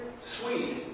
sweet